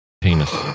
Penis